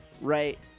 right